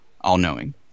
all-knowing